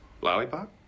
Lollipop